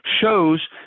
shows